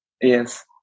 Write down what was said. Yes